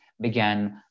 began